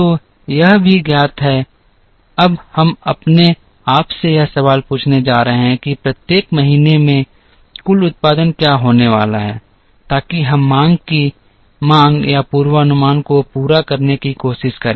तो यह भी ज्ञात है अब हम अपने आप से यह सवाल पूछने जा रहे हैं कि प्रत्येक महीने में कुल उत्पादन क्या होने वाला है ताकि हम मांग की मांग या पूर्वानुमान को पूरा करने की कोशिश करें